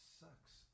sucks